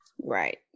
Right